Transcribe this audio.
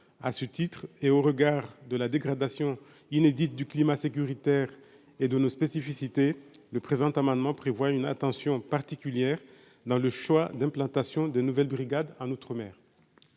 à ce titre, et au regard de la dégradation inédite du climat sécuritaire et de nos spécificités, le présent amendement prévoit une attention particulière dans le choix d'implantation de nouvelles brigades en outre-mer.